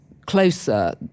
Closer